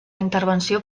intervenció